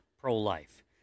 pro-life